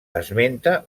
esmenta